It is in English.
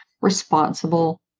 responsible